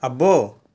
అబ్బో